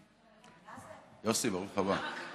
יוסי, ברוך הבא.